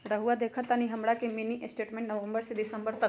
रहुआ देखतानी हमरा के मिनी स्टेटमेंट नवंबर से दिसंबर तक?